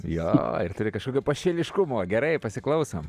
jo ir turi kažkokio pašėliškumo gerai pasiklausom